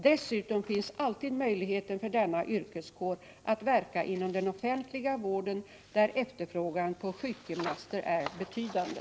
Dessutom finns alltid möjligheten för denna yrkeskår att verka inom den offentliga vården, där efterfrågan på sjukgymnaster är betydande.